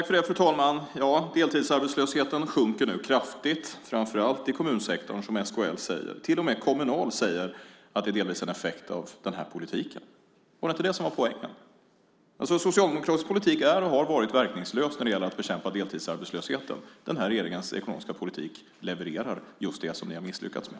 Fru talman! Ja, deltidsarbetslösheten sjunker nu kraftigt, framför allt i kommunsektorn, som SKL säger. Till och med Kommunal säger att det delvis är en effekt av den här regeringens politik. Var det inte det som var poängen? Socialdemokratisk politik är och har varit verkningslös när det gäller att bekämpa deltidsarbetslösheten. Den här regeringens ekonomiska politik levererar just det som ni har misslyckats med.